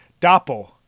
Doppel